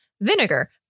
vinegar